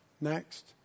Next